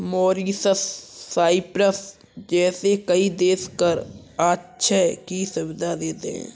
Mauritius, Cyprus जैसे कई देश कर आश्रय की सुविधा देते हैं